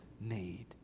need